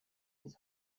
his